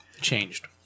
changed